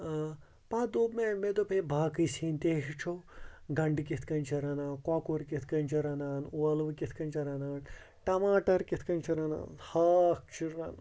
ٲں پَتہٕ دوٚپ مےٚ مےٚ دوّپ ہے باقٕے سِنۍ تہِ ہیٚچھو گَنڈٕ کِتھ کٔنۍ چھِ رَنان کۄکُر کِتھ کٔنۍ چھِ رَنان ٲلوٕ کِتھ کٔنۍ چھِ رَنان ٹماٹر کِتھ کٔنۍ چھِ رَنان ہاکھ چھُ رَنُن